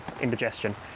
indigestion